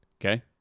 Okay